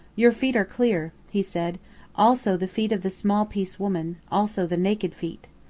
your feet are clear, he said also the feet of the small-piece woman also the naked feet.